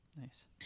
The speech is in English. Nice